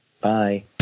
Bye